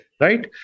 right